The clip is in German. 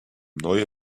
neue